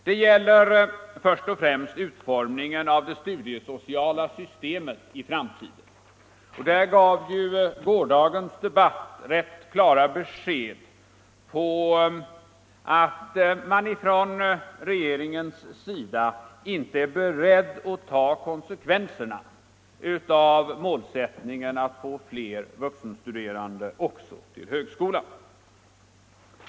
Det gäller först och främst utformningen av det studiesociala systemet i framtiden. Där gav gårdagens debatt rätt klara besked om att man från regeringens sida inte är beredd att ta konsekvenserna av målsättningen att få fler vuxenstuderande även till högskolan.